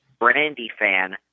Brandyfan